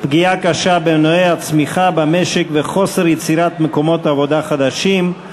הפגיעה הקשה במנועי הצמיחה במשק וחוסר יצירת מקומות עבודה חדשים.